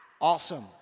Awesome